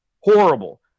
Horrible